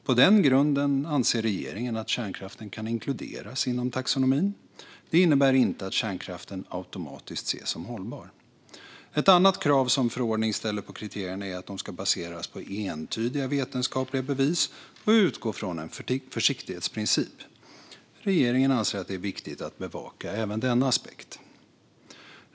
På den grunden anser regeringen att kärnkraften kan inkluderas inom taxonomin. Det innebär inte att kärnkraften automatiskt ses som hållbar. Ett annat krav som förordningen ställer på kriterierna är att de ska baseras på entydiga vetenskapliga bevis och utgå från en försiktighetsprincip. Regeringen anser att det är viktigt att bevaka även denna aspekt.